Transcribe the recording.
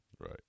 Right